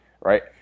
right